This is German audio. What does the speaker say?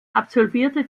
absolvierte